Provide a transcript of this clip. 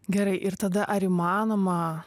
gerai ir tada ar įmanoma